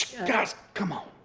guys, come on.